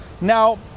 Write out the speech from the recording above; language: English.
now